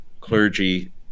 clergy